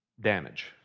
damage